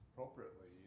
appropriately